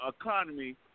economy